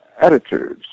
attitudes